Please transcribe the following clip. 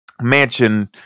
mansion